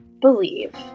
believe